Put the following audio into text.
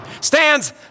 stands